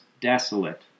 desolate